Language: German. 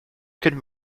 können